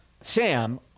Sam